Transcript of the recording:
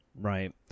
right